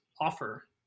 offer